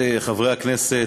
חברי הכנסת,